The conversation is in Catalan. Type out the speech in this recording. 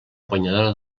guanyadora